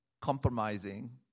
compromising